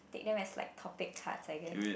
take them as like top take cards I guess